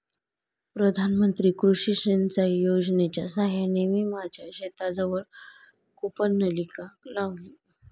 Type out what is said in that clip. प्रधानमंत्री कृषी सिंचाई योजनेच्या साहाय्याने मी माझ्या शेताजवळ कूपनलिका लावली